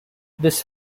this